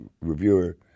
reviewer